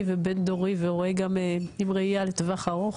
ובין דורי ורואה גם עם ראייה לטווח ארוך,